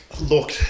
look